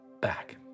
back